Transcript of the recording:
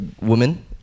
woman